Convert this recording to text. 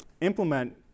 implement